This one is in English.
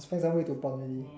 must find some way to pon already